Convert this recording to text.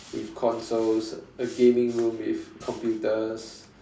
with consoles a gaming room with computers